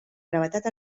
gravetat